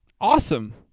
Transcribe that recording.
Awesome